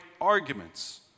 arguments